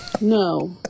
no